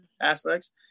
aspects